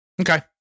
Okay